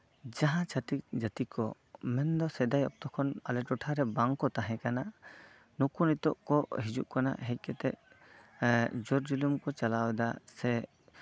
ᱡᱟᱦᱟᱸ ᱪᱷᱟᱹᱛᱤᱠ ᱡᱟᱹᱛᱤ ᱠᱚ ᱢᱮᱱᱫᱚ ᱥᱮᱫᱟᱭ ᱚᱠᱛᱚ ᱠᱷᱚᱱ ᱟᱞᱮ ᱴᱚᱴᱷᱟ ᱨᱮ ᱵᱟᱝᱠᱚ ᱛᱟᱦᱮᱸ ᱠᱟᱱᱟ ᱱᱩᱠᱩ ᱱᱤᱛᱚᱜ ᱠᱚ ᱦᱤᱡᱩᱜ ᱠᱟᱱᱟ ᱦᱮᱡ ᱠᱟᱛᱮᱜ ᱡᱳᱨ ᱡᱩᱞᱩ ᱠᱚ ᱪᱟᱞᱟᱣᱫᱟ ᱥᱮ